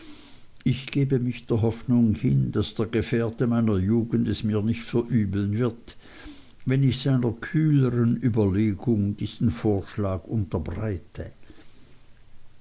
ich gebe mich der hoffnung hin daß der gefährte meiner jugend es mir nicht verübeln wird wenn ich seiner kühlern überlegung diesen vorschlag unterbreite